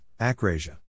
acrasia